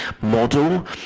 model